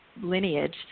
lineage